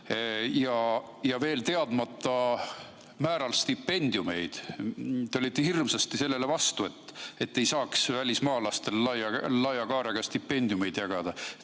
on veel teadmata määral stipendiumeid. Te olite hirmsasti sellele vastu, et ei saaks välismaalastele laia kaarega stipendiumeid jagada.